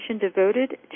devoted